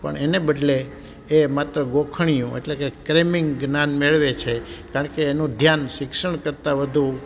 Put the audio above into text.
પણ એને બદલે એ માત્ર ગોખણિયું એટલે કે ક્રેમીંગ જ્ઞાન મેળવે છે કારણ કે એનું ધ્યાન શિક્ષણ કરતા વધુ